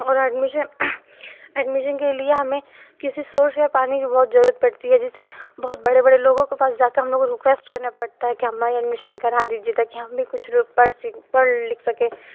और admission admission के लिए हमें किसी सोर्स और पैरवी की बहुत जरूरत पड़ती है जिससे बहुत बड़े बड़े लोगों के पास जाकर हमें रिक्वेस्ट करना पड़ता है की हमारा एडमिशन करा दीजिए ताकी हम भी कुछ लोग पढ़ सीख पढ़ लिख सके